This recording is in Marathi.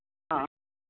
हां